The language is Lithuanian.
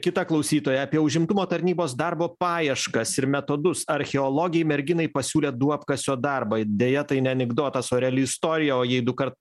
kita klausytoja apie užimtumo tarnybos darbo paieškas ir metodus archeologei merginai pasiūlė duobkasio darbą deja tai ne anekdotas o reali istorija o jei dukart